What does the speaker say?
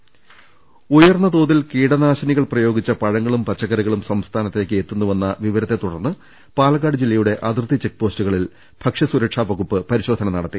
രദ്ദേഷ്ടങ ഉയർന്ന തോതിൽ കീടനാശിനികൾ പ്രയോഗിച്ച പഴങ്ങളും പച്ചക്കറിക ളും സംസ്ഥാനത്തേക്ക് എത്തുന്നുവെന്ന വിവരത്തെത്തുടർന്ന് പാലക്കാട് ജില്ലയുടെ അതിർത്തി ചെക്ക് പോസ്റ്റുകളിൽ ഭക്ഷ്യ സുരക്ഷാ വകുപ്പ് പരി ശോധന നടത്തി